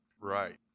Right